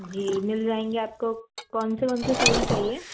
जी मिल जाएंगे आपको कौन से कौन से फूल चाहिए